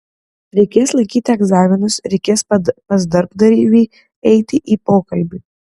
reikės laikyti egzaminus reikės pas darbdavį eiti į pokalbį